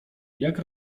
jak